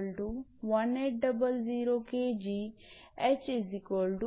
𝑚 आणि 𝑊1